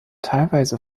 teilweise